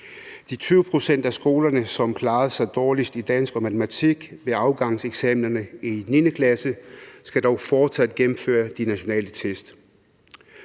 De 20 pct. af skolerne, som klarede sig dårligst i dansk og matematik ved afgangseksamenerne i 9. klasse, skal dog fortsat gennemføre de nationale test.